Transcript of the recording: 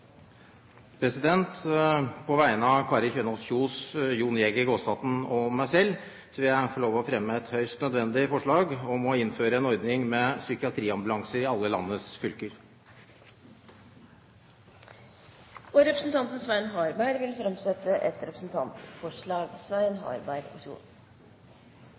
På vegne av representantene Kari Kjønaas Kjos, Jon Jæger Gåsvatn og meg selv vil jeg få lov til å fremme et høyst nødvendig forslag om å innføre en ordning med psykiatriambulanser i alle landets fylker. Representanten Svein Harberg vil framsette et representantforslag.